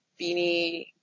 Beanie